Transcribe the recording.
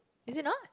is it not